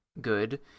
good